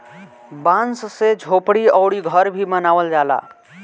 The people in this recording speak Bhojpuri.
बांस से झोपड़ी अउरी घर भी बनावल जाला